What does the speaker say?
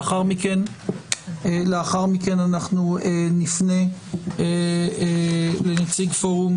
לאחר מכן, אנחנו נפנה לנציג פורום